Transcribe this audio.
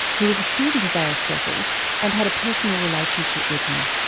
who was a student of aristotle's and had a personal relationship with him.